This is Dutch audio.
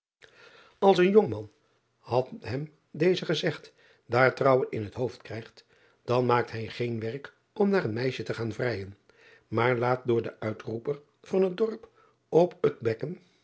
ls een jongman had hem driaan oosjes zn et leven van aurits ijnslager deze gezegd daar trouwen in het hoofd krijgt dan maakt hij geen werk om naar een meisje te gaan vrijen maar laat door den uitroeper van het dorp op het bekken